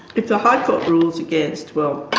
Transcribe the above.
if the high court rules against, well,